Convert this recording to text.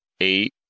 eight